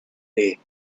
day